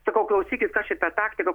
sakau klausykit kas čia per taktika